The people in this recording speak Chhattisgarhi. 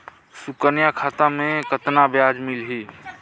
सुकन्या खाता मे कतना ब्याज मिलही?